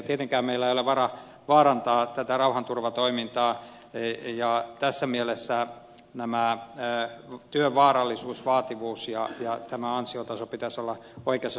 tietenkään meillä ei ole varaa vaarantaa tätä rauhanturvatoimintaa ja tässä mielessä työn vaarallisuuden vaativuuden ja ansiotason pitäisi olla oikeassa suhteessa